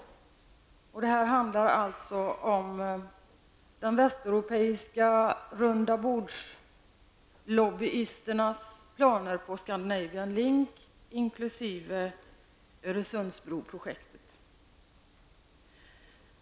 Det handlar alltså om de västeuropeiska rundabordslobbyisternas planer på Scandinavian Link, inkl. Öresundsbroprojektet.